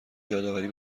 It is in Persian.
یادآوری